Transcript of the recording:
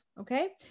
Okay